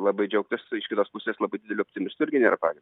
labai džiaugtis iš kitos pusės labai dideliu optimistu irgi nėra pagrindo